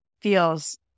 feels